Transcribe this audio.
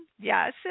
Yes